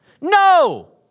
No